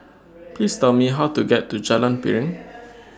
Please Tell Me How to get to Jalan Piring